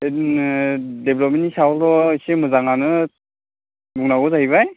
बिदिनो डेभेलपमेन्टनि सायावल' एसे मोजाङानो बुंनांगौ जाहैबाय